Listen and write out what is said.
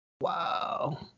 wow